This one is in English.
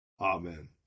Amen